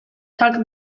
tak